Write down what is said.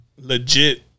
legit